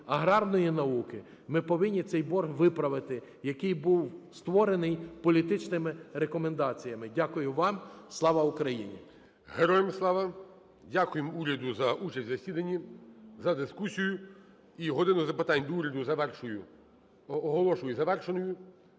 аграрної науки. Ми повинні цей борг виправити, який був створений політичними рекомендаціями. Дякую вам. Слава Україні! ГОЛОВУЮЧИЙ. Героям слава! Дякуємо уряду за участь в засіданні, за дискусію. І "годину запитань до Уряду" оголошую завершеною.